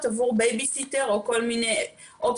הוצאתי לחל"ת ב-15 במרץ, ומאז לא חזרתי.